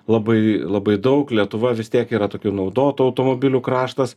labai labai daug lietuva vis tiek yra tokių naudotų automobilių kraštas